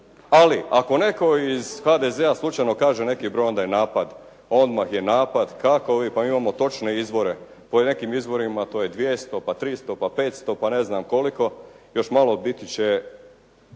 Ali ako netko iz HDZ-a slučajno kaže neki broj, onda je napad. Odmah je napad kako vi, pa imamo točne izvore. Po nekim izvorima to je 200 pa 300 pa 500 pa ne znam koliko. Još malo biti će